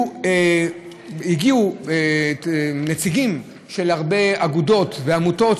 הגיעו נציגים של הרבה אגודות ועמותות